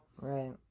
Right